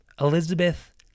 Elizabeth